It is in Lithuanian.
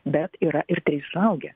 bet yra ir tai suaugę